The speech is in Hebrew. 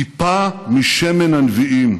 טיפה משמן הנביאים,